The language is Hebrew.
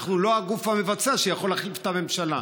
אנחנו לא הגוף המבצע שיכול להחליף את הממשלה,